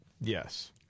Yes